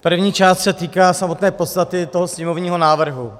První část se týká samotné podstaty sněmovního návrhu.